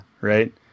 right